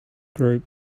group